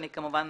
אני כמובן